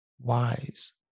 wise